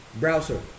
browser